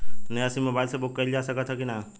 नया sim mobile से book कइलजा सकत ह कि ना?